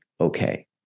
okay